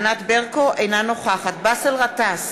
אינה נוכחת באסל גטאס,